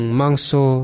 mangso